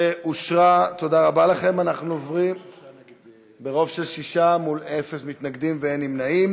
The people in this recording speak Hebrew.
הפיצול אושרה ברוב של שישה מול אפס מתנגדים ואפס נמנעים.